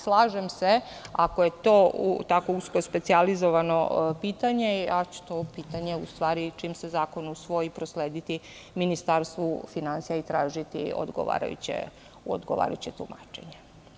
Slažem se, ako je to tako usko specijalizovano pitanje, ja ću to pitanje, čim se zakon usvoji, proslediti Ministarstvu finansija i tražiti odgovarajuće tumačenje.